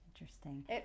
Interesting